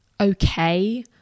okay